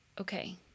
okay